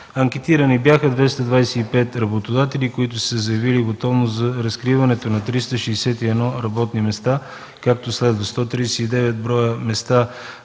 Анкетирани бяха 225 работодатели, които са заявили готовност за разкриването на 361 работни места, както следва: 139 места